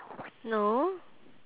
no